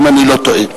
אם אני לא טועה.